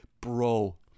bro